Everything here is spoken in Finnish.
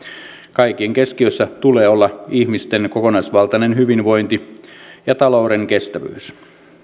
kaiken keskiössä tulee olla ihmisten kokonaisvaltainen hyvinvointi ja talouden kestävyys